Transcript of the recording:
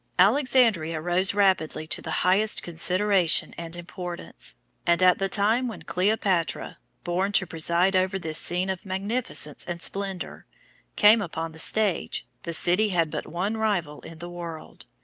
alexandria rose rapidly to the highest consideration and importance and, at the time when cleopatra born to preside over this scene of magnificence and splendor came upon the stage, the city had but one rival in the world.